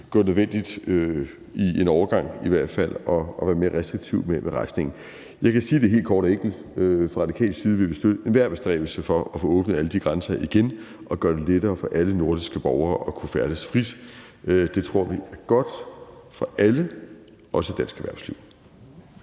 det nødvendigt, i hvert fald en overgang, at være mere restriktive med indrejse. Jeg kan sige det helt kort og enkelt: Fra radikal side vil vi støtte enhver bestræbelse for at få åbnet alle de grænser igen og gøre det lettere for alle nordiske borgere at kunne færdes frit. Det tror vi er godt for alle, også dansk erhvervsliv.